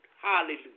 Hallelujah